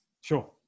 Sure